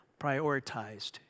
prioritized